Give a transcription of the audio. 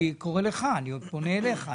אני קורא לך, אני פונה אליך.